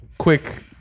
Quick